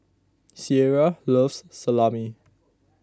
Ciera loves Salami